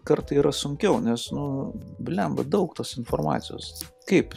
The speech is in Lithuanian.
kartai yra sunkiau nes nu bliamba daug tos informacijos kaip